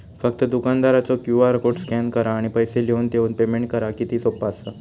फक्त दुकानदारचो QR code scan करा आणि पैसे लिहून देऊन पेमेंट करा किती सोपा असा